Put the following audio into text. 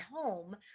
home